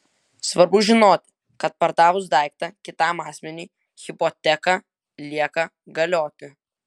svarbu žinoti kad pardavus daiktą kitam asmeniui hipoteka lieka galioti